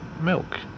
Milk